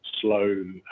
Slow